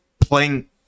playing